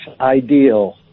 ideal